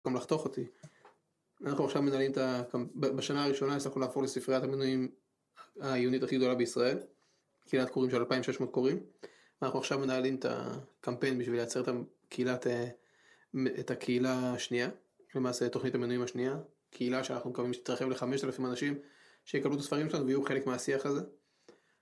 גם לחתוך אותי, אנחנו עכשיו מנהלים את ה.. קמ.. בשנה הראשונה הצלחנו להפוך לספריית המנויים העיונית הכי גדולה בישראל קהילת קוראים של 2600 קוראים אנחנו עכשיו מנהלים את הקמפיין בשביל לייצר את הקהילה אה.. את הקהילה השנייה. למעשה תוכנית המנויים השנייה קהילה שאנחנו מקווים שהיא תרחב ל-5000 אנשים שיקבלו את הספרים שלנו ויהיו חלק מהשיח הזה